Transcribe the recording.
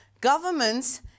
governments